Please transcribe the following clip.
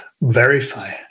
verify